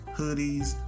hoodies